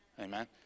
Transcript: Amen